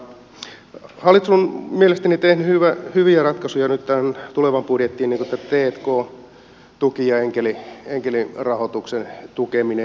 hallitus on mielestäni tehnyt hyviä ratkaisuja nyt tähän tulevaan budjettiin niin kuin tämä t k tuki ja enkelirahoituksen tukeminen